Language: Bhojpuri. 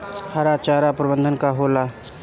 हरा चारा प्रबंधन का होला?